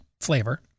flavor